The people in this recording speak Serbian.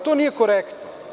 To nije korektno.